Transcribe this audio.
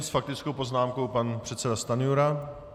S faktickou poznámkou pan předseda Stanjura.